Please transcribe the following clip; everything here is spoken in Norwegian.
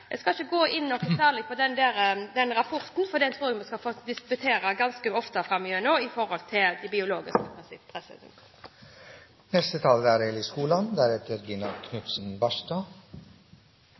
Jeg håper at det blir tatt raskt tak i dette. Jeg skal ikke gå noe særlig inn på rapporten, for den tror jeg vi skal få diskutere ganske ofte framover i forhold til det biologiske prinsipp.